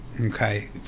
Okay